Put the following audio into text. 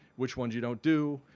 which ones you don't do,